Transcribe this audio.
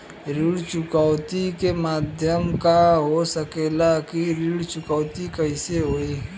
ऋण चुकौती के माध्यम का हो सकेला कि ऋण चुकौती कईसे होई?